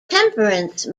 temperance